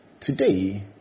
Today